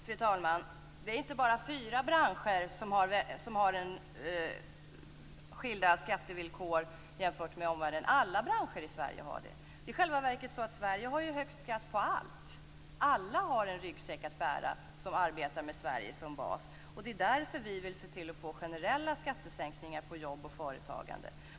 Fru talman! Det är inte bara fyra branscher som har skilda skattevillkor jämfört med omvärlden. Alla branscher i Sverige har det. Det är i själva verket så att Sverige har högst skatt på allt. Alla företag som arbetar med Sverige som bas har en ryggsäck att bära. Det är därför som vi vill se till att få generella skattesänkningar på jobb och företagande.